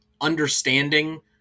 understanding